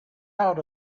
out